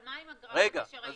אבל מה עם הגרף שראינו?